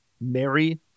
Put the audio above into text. Mary